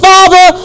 Father